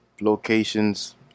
locations